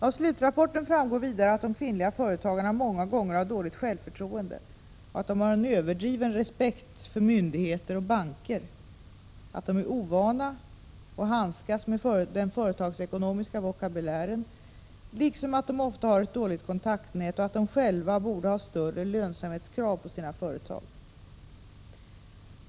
Av slutrapporten framgår vidare att de kvinnliga företagarna många gånger har dåligt självförtroende, att de har en överdriven respekt för myndigheter och banker, att de är ovana att handskas med den företagsekonomiska vokabulären liksom att de ofta har ett dåligt kontaktnät och att de själva borde ha större lönsamhetskrav på sina företag.